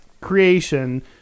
creation